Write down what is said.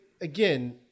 again